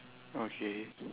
okay